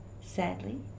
sadly